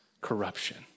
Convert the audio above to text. corruption